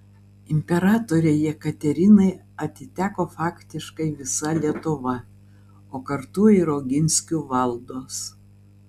imperatorei jekaterinai atiteko faktiškai visa lietuva o kartu ir oginskių valdos